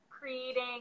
creating